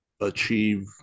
achieve